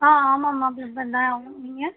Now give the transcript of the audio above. ஆ ஆமாம்மா ப்ளம்பர் தான் ஆமாம் நீங்கள்